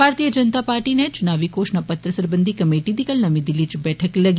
भारतीय जनता पार्टी ने चुनावी घोशणा पत्र सरबंधी कमेटी दी कल नमीं दिल्ली च बैठक लग्गी